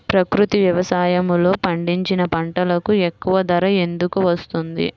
ప్రకృతి వ్యవసాయములో పండించిన పంటలకు ఎక్కువ ధర ఎందుకు వస్తుంది?